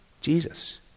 Jesus